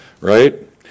right